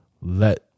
let